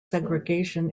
segregation